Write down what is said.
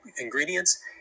ingredients